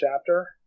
chapter